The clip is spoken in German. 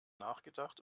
nachgedacht